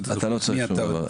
אתה לא צריך שום דבר.